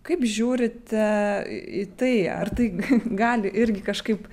kaip žiūrite į tai ar tai gali irgi kažkaip